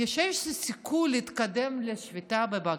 יש איזשהו סיכוי להתקדם לשפיטה בבג"ץ?